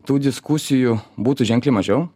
tų diskusijų būtų ženkliai mažiau